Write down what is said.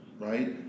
right